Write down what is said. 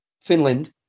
Finland